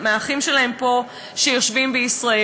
מהאחים שלהם פה שיושבים בישראל.